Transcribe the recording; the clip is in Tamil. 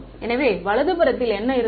எனவே வலது புறத்தில் என்ன இருந்தது